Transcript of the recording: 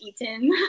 eaten